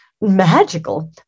magical